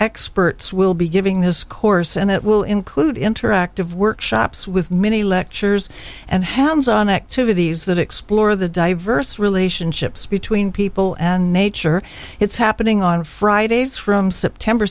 experts will be giving this course and it will include interactive workshops with many lectures and hands on activities that explore the diverse relationships between people and nature it's happening on fridays from september